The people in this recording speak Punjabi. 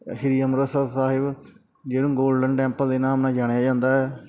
ਸ਼੍ਰੀ ਅੰਮ੍ਰਿਤਸਰ ਸਾਹਿਬ ਜਿਹਨੂੰ ਗੋਲਡਨ ਟੈਂਪਲ ਦੇ ਨਾਮ ਨਾਲ ਜਾਣਿਆ ਜਾਂਦਾ